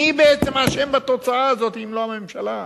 מי בעצם אשם בתוצאה הזאת אם לא הממשלה?